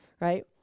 right